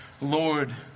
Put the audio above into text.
Lord